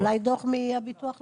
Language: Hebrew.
אולי דו"ח מהביטוח הלאומי.